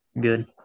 Good